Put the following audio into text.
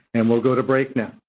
and we'll go to break now.